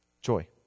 Joy